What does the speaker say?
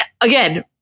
again